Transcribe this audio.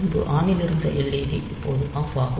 முன்பு ஆன் லிருந்த led இப்போது ஆப் ஆகும்